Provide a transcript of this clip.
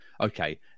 okay